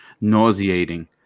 nauseating